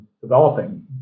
developing